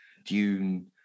Dune